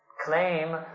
claim